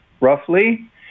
roughly